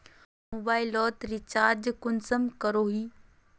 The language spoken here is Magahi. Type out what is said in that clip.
मोबाईल लोत रिचार्ज कुंसम करोही?